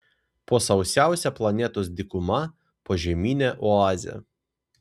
po sausiausia planetos dykuma požeminė oazė